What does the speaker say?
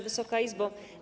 Wysoka Izbo!